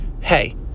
Hey